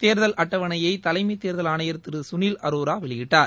தேர்தல் அட்டவணையை தலைமை தேர்தல் ஆணையர் திரு குளில் அரோரா வெளியிட்டார்